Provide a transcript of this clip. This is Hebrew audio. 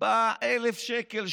לקבל 1,000 שקל,